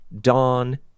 dawn